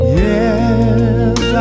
yes